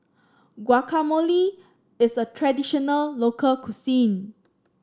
guacamole is a traditional local cuisine